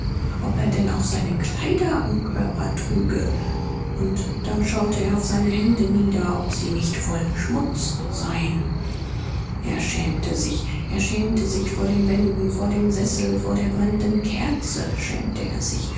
ob er denn auch seine kleider am körper trüge und dann schaute er auf seine hände nieder ob sie nicht voll schmutz seien er schämte sich er schämte sich vor den wänden vor dem sessel vor der brennenden kerze schämte er sich